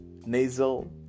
nasal